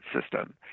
system